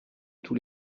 tout